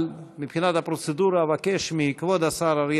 אבל מבחינת הפרוצדורה אבקש מכבוד השר אריה